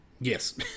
Yes